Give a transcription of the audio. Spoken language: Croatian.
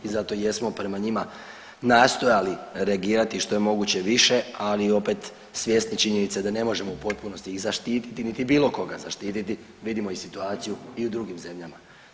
I zato jesmo prema njima nastojali reagirati što je moguće više, ali opet svjesni činjenice da ne možemo u potpunosti zaštiti niti bilo koga zaštiti, vidimo i situaciju i u drugim zemljama.